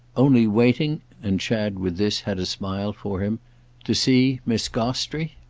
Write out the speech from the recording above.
only waiting and chad, with this, had a smile for him to see miss gostrey?